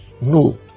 no